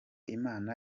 imana